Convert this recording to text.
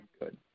good